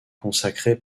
consacré